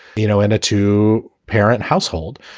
you know, in a two parent household,